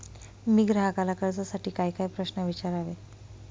मी ग्राहकाला कर्जासाठी कायकाय प्रश्न विचारावे?